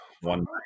one